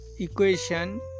equation